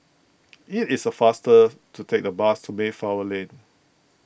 it is a faster to take the bus to Mayflower Lane